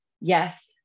Yes